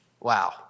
Wow